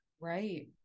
right